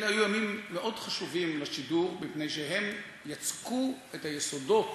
אלה היו ימים מאוד חשובים לשידור מפני שהם יצקו את היסודות